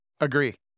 agree